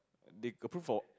they approve for